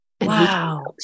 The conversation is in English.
Wow